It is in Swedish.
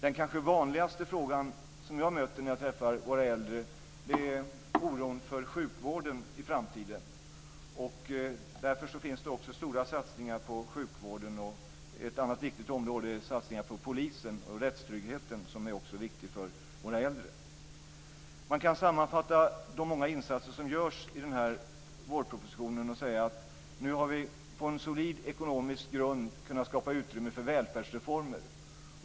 Den kanske vanligaste fråga som jag möter när jag träffar våra äldre gäller oron för sjukvården i framtiden. Därför finns det också stora satsningar på sjukvården. En annan viktig åtgärd är satsningar på polisen och rättstryggheten, som också är viktigt för våra äldre. Man kan sammanfatta de många insatser som görs i denna vårproposition och säga att vi nu på en solid ekonomisk grund har kunnat skapa utrymme för välfärdsreformer.